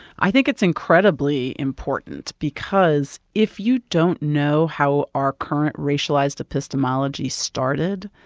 i think it's incredibly important because if you don't know how our current racialized epistemology started,